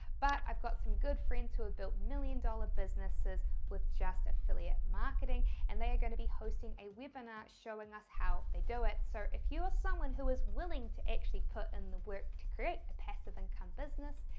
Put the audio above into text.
but i've got some good friends who have built million dollar businesses with just affiliate marketing and they're going to be hosting a webinar showing us how they do it. so if you are someone who is willing to actually put in the work to create a passive income business,